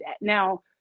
Now